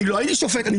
אני לא הייתי שופט.